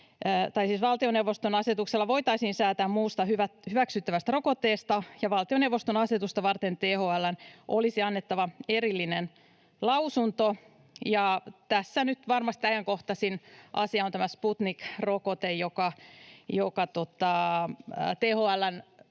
valtioneuvoston asetuksella voitaisiin säätää muusta hyväksyttävästä rokotteesta, ja valtioneuvoston asetusta varten THL:n olisi annettava erillinen lausunto. Tässä nyt varmasti ajankohtaisin asia on tämä Sputnik-rokote, joka THL:n